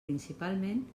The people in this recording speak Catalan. principalment